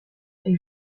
est